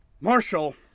Marshall